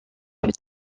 plus